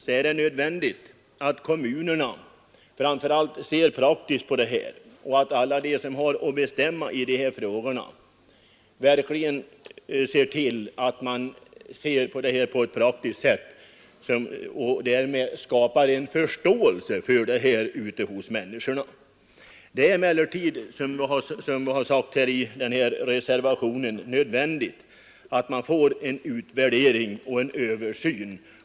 När det gäller löv kan kompostering vara en lämplig utväg. Om vi får en översyn av bestämmelserna måste man se till att kommunerna framför allt ser praktiskt på de här problemen och därmed skapar förståelse för dem hos människorna. Vi har anfört i reservationen att det är nödvändigt att vi får en utvärdering och en översyn.